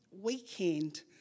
weekend